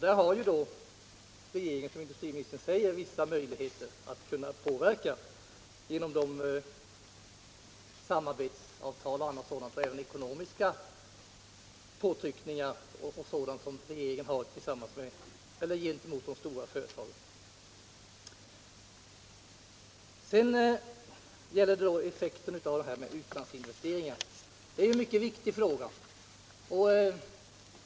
Då har ju regeringen, som industriministern säger, vissa möligheter att påverka de stora företagen genom samarbetsavtal och på annat sätt — även genom ekonomiska påtryckningar. Effekten av utlandsinvesteringarna. är en mycket viktig fråga.